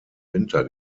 winter